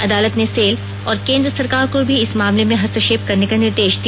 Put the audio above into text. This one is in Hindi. अदालत ने सेल और केंद्र सरकार को भी इस मामले में हस्तक्षेप करने का निर्देश दिया